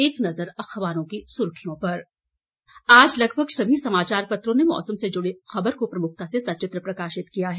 एक नजर अखबारों की सुर्खियों पर आज लगभग सभी समाचार पत्रों ने मौसम से जुड़ी खबर को प्रमुखता से सचित्र प्रकाशित किया है